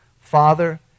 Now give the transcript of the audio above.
Father